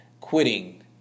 quitting